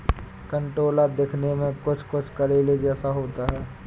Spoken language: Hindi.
कंटोला दिखने में कुछ कुछ करेले जैसा होता है